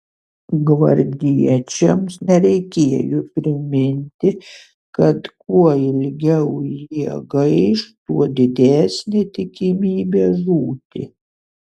gvardiečiams nereikėjo priminti kad kuo ilgiau jie gaiš tuo didesnė tikimybė žūti